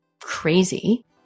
crazy